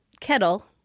kettle